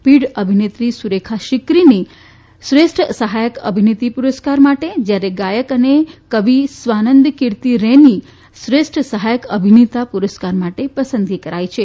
પિઢ અભિનેત્રી સુરેખા સિક્રીની શ્રેષ્ઠ સહાયક અભિનેત્રી પુરસ્કાર માટે જ્યારે ગાયક અને કવી સ્વાનંદ કિર્તી રેની શ્રેષ્ઠ સહાયક અભિનેતા પુરસ્કાર માટે પસંદગી કરાઈ છે